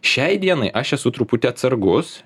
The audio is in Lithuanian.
šiai dienai aš esu truputį atsargus